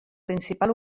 principal